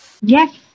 Yes